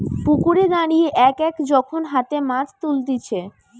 পুকুরে দাঁড়িয়ে এক এক যখন হাতে মাছ তুলতিছে